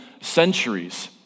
centuries